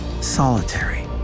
Solitary